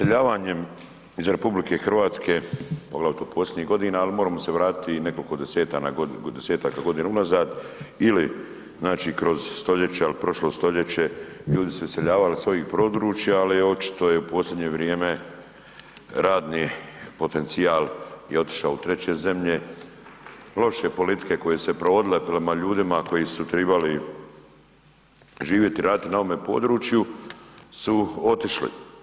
Iseljavanjem iz RH, poglavito posljednjih godina ali moramo se vratiti i nekoliko desetaka godina unazad ili kroz stoljeća i prošlo stoljeće ljudi su iseljavali s ovih područja, ali očito je u posljednje vrijeme radni potencijal je otišao u treće zemlje, loše politike koje su se provodile prema ljudima koji su tribali živjeti i raditi na ovome području su otišli.